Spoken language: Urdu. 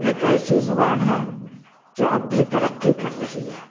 ایک ایسی زبان ہے جو اب بھی ترقی کر رہی ہے